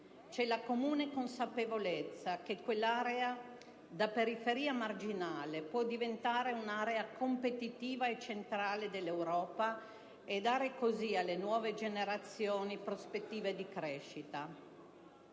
C'è la comune consapevolezza che quell'area, da periferia marginale, può diventare un'area competitiva e centrale dell'Europa e dare così alle nuove generazioni prospettive di crescita.